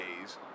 days